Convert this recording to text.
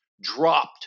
Dropped